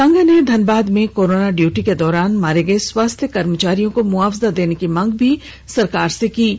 संघ ने धनबाद में कोरोना ड्यूटी के दौरान मारे गए स्वास्थ्य कर्मचारियों को मुआवजा देने की मांग भी सरकार से की है